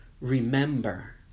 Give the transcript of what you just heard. Remember